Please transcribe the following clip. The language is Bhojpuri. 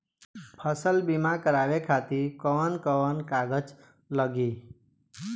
फसल बीमा करावे खातिर कवन कवन कागज लगी?